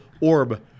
orb